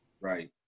Right